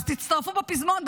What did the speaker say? אז תצטרפו בפזמון,